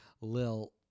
Lil